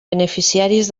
beneficiaris